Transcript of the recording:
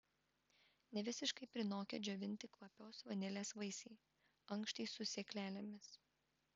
nevisiškai prinokę džiovinti kvapiosios vanilės vaisiai ankštys su sėklelėmis